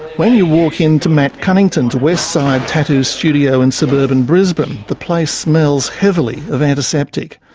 when you walk in to matt cunnington's westside tattoo studio in suburban brisbane, the place smells heavily of antiseptic.